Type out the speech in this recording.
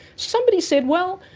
somebody said, well,